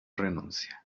renuncia